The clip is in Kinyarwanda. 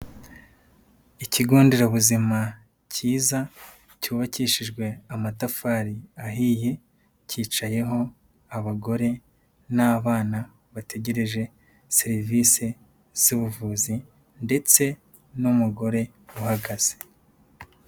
Ikigo nderabuzima kiza, cyubakishijwe amatafari ahiye, kicayeho abagore n'abana bategereje serivise z'ubuvuzi, ndetse n'umugore uhagaze.